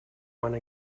one